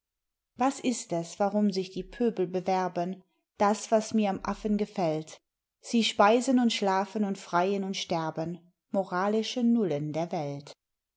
was ist es warum sich die pöbel bewerben das was mir am affen gefällt sie speisen und schlafen und freien und sterben moralische nullen der welt